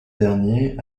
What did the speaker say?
dernier